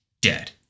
dead